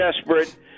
desperate